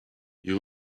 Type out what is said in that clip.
you